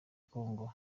kongo